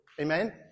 Amen